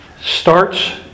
starts